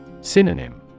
Synonym